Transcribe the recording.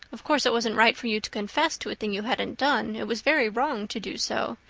of course, it wasn't right for you to confess to a thing you hadn't done it was very wrong to do so.